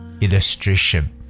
illustration